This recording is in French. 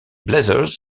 blazers